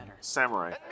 Samurai